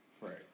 right